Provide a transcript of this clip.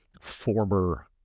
Former